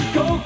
go